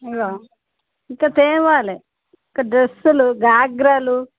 ఇదిగో ఇక తేవాలి ఇక డ్రెస్సులు గాగ్రాలు